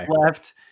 left